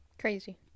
Crazy